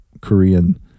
Korean